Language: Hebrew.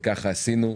וככה עשינו.